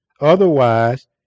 Otherwise